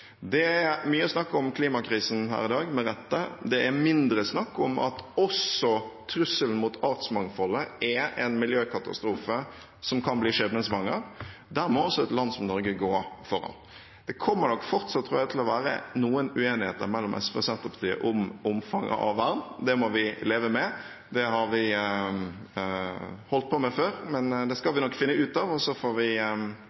Det er mye snakk om klimakrisen her i dag – med rette. Det er mindre snakk om at også trusselen mot artsmangfoldet er en miljøkatastrofe, som kan bli skjebnesvanger. Der må også et land som Norge gå foran. Det kommer nok fortsatt, tror jeg, til å være noen uenigheter mellom SV og Senterpartiet om omfanget av vern. Det må vi leve med, det har vi holdt på med før. Men det skal